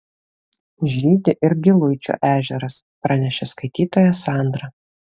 žydi ir giluičio ežeras pranešė skaitytoja sandra